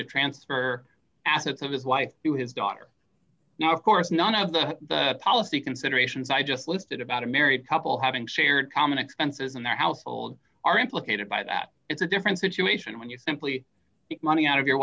to transfer assets of his wife to his daughter now of course none of the policy considerations i just listed about a married couple having shared common expenses in their household are implicated by that it's a different situation when you simply money out of your